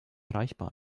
erreichbar